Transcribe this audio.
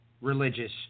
religious